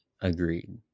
agreed